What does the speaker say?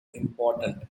important